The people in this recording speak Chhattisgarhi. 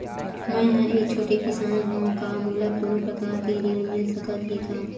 मै ह एक छोटे किसान हंव का मोला कोनो प्रकार के ऋण मिल सकत हे का?